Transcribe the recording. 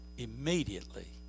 Immediately